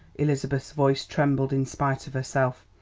elizabeth's voice trembled in spite of herself,